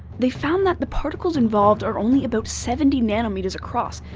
they found that the particles involved are only about seventy nanometers across,